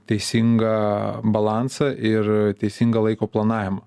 teisingą balansą ir teisingą laiko planavimą